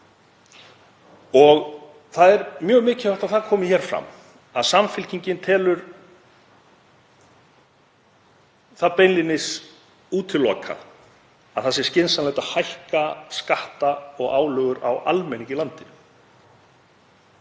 Það er mjög mikilvægt að það komi fram að Samfylkingin telur það beinlínis útilokað að skynsamlegt sé að hækka skatta og álögur á almenning í landinu.